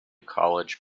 college